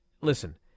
Listen